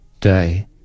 day